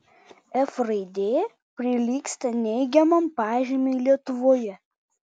f raidė prilygsta neigiamam pažymiui lietuvoje